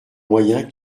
moyen